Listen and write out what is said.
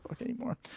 anymore